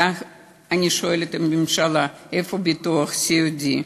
אני שואלת את הממשלה: איפה הביטוח הסיעודי?